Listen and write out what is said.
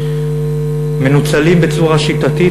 מנוצלים בצורה שיטתית,